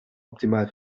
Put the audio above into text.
optimal